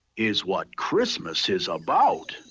is what christmas is about.